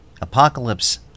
Apocalypse